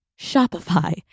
Shopify